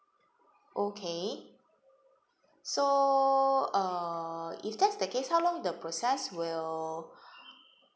okay so uh if that's the case how long the process will